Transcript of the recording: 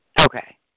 Okay